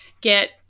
get